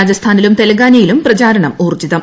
രാജസ്ഥാനിലും തെലങ്കാനയിലും പ്രചാരണം ഊർജ്ജിതം